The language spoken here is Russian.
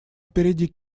впереди